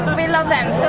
we love them